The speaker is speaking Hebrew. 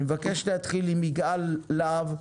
אני מבקש להתחיל עם יגאל להב,